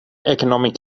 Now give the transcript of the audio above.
economic